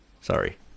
sorry